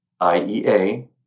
IEA